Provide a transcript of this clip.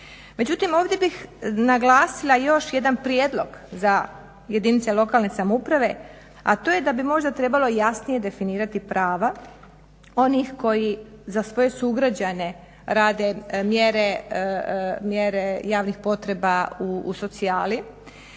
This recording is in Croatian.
Međutim, ovdje bih naglasila još jedan prijedlog za jedinice lokalne samouprave, a to je da bi možda trebalo jasnije definirati prava onih koji za svoje sugrađane rade mjere javnih potreba u socijali